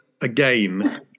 again